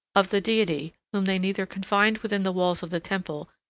of the deity, whom they neither confined within the walls of the temple,